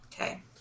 Okay